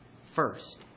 First